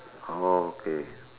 oh okay